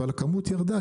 אבל כמות ירדה,